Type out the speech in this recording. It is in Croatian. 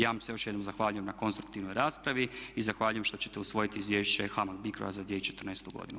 Ja vam se još jednom zahvaljujem na konstruktivnoj raspravi i zahvaljujem što ćete usvojiti izvješće HAMAG BICRO-a za 2014. godinu.